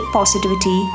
Positivity